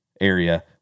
area